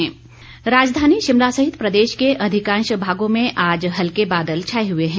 मौसम राजधानी शिमला सहित प्रदेश के अधिकांश भागों में आज हल्के बादल छाए हुए हैं